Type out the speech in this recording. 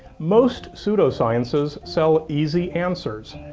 most pseudosciences sell easy answers.